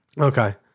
Okay